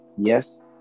Yes